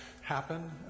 happen